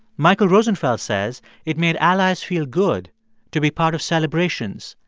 michael rosenfeld says it made allies feel good to be part of celebrations,